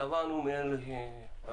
שבענו מזה.